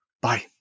Bye